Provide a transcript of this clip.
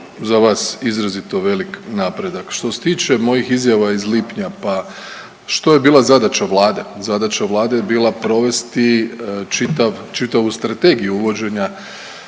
za vas izrazito velik napredak. Što se tiče mojih izjava iz lipnja, pa što je bila zadaća Vlade? Zadaća Vlade je bila provesti čitav, čitavu strategiju uvođenja